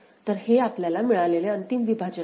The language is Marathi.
तर हे आपल्याला मिळालेले अंतिम विभाजन आहे